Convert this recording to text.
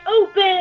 open